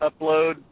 upload